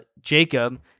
Jacob